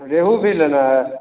रेवु भी लेना है